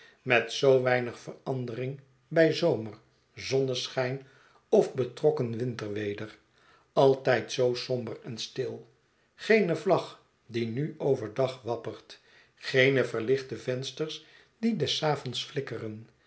met zoo weinig verandering bij zomer zonneschijn of betrokken winterweder altijd zoo somber en stil geene vlag die nu over dag wappert geene verlichte vensters die des avonds flikkeren